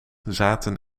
zaten